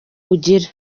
ugira